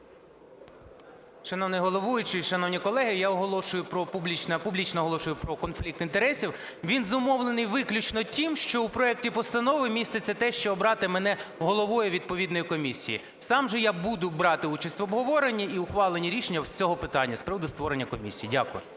Шановний головуючий, шановні колеги, я публічно оголошую про конфлікт інтересів. Він зумовлений виключно тим, що у проекті постанови міститься те, що обрати мене головою відповідної комісії. Сам же я буду брати участь в обговоренні і ухваленні рішення з цього питання, з приводу створення комісії. Дякую.